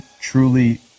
truly